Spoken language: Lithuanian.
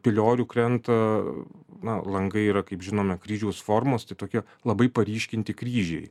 piliorių krenta na langai yra kaip žinome kryžiaus formos tai tokia labai paryškinti kryžiai